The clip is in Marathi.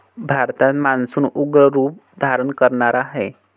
भारतात मान्सून उग्र रूप धारण करणार आहे